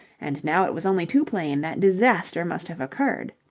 and now it was only too plain that disaster must have occurred.